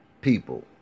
people